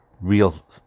real